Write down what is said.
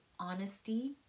Honesty